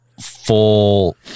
full